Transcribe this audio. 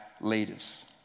leaders